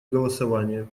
голосование